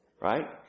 Right